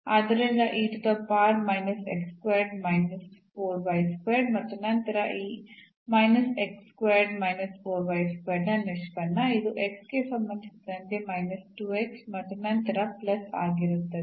ಆದ್ದರಿಂದ ಮತ್ತು ನಂತರ ಈ ನ ನಿಷ್ಪನ್ನ ಇದು x ಗೆ ಸಂಬಂಧಿಸಿದಂತೆ ಮತ್ತು ನಂತರ ಪ್ಲಸ್ ಆಗಿರುತ್ತದೆ